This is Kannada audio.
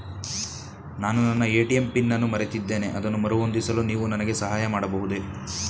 ನಾನು ನನ್ನ ಎ.ಟಿ.ಎಂ ಪಿನ್ ಅನ್ನು ಮರೆತಿದ್ದೇನೆ ಅದನ್ನು ಮರುಹೊಂದಿಸಲು ನೀವು ನನಗೆ ಸಹಾಯ ಮಾಡಬಹುದೇ?